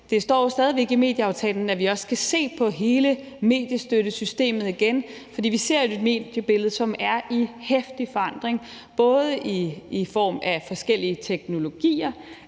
Det står stadig væk i medieaftalen, at vi også skal se på hele mediestøttesystemet igen, for vi ser et mediebillede, som er i heftig forandring, både i form af forskellige teknologier,